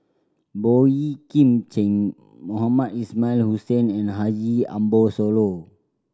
Boey Kim Cheng Mohamed Ismail Hussain and Haji Ambo Sooloh